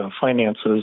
finances